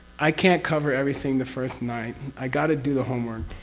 i can't cover everything the first night. i got to do the homework,